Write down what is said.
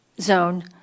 zone